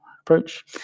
approach